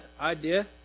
idea